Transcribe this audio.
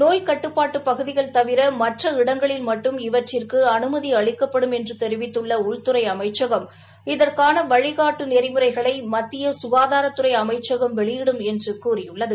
நோய் கட்டுப்பாட்டு பகுதிகள் தவிர மற்ற இடங்களில் மட்டும் இவற்றிற்கு அனுமதி அளிக்கப்படும் என்று தெரிவித்துள்ள உள்துறை அமைச்சகம் இதற்கான வழிகாட்டு நெறிமுறைகளை மத்திய ககாதாரத்துறை அமைச்சகம் வெளியிடும் என்று கூறியுள்ளது